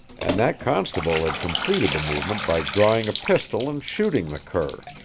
and that constable had completed the movement by drawing a pistol and shooting the cur.